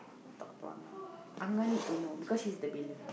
talk to Ah-Ngah Ah-Ngah need to know because she's the bailer